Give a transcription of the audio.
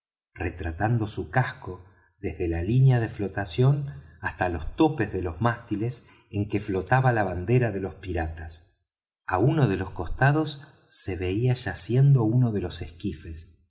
retratando su casco desde la línea de flotación hasta los topes de los mástiles en que flotaba la bandera de los piratas á uno de los costados se veía yaciendo uno de los esquifes